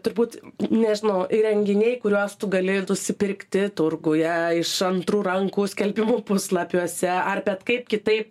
turbūt nežinau įrenginiai kuriuos tu gali nusipirkti turguje iš antrų rankų skelbimų puslapiuose ar bet kaip kitaip